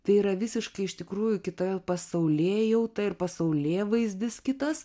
tai yra visiškai iš tikrųjų kita pasaulėjauta ir pasaulėvaizdis kitas